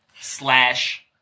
slash